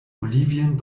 bolivien